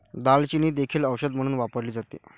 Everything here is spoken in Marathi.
दालचिनी देखील औषध म्हणून वापरली जाते